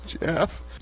Jeff